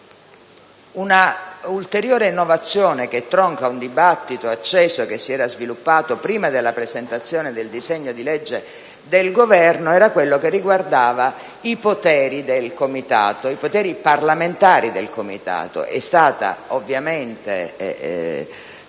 Un'ulteriore innovazione tronca l'acceso dibattito che si era sviluppato prima della presentazione del disegno di legge del Governo, riguardante i poteri parlamentari del Comitato.